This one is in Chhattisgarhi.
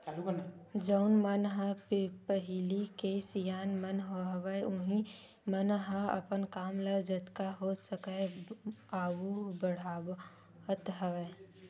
जउन मन ह पहिली के सियान मन हवय उहीं मन ह अपन काम ल जतका हो सकय आघू बड़हावत हवय